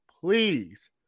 please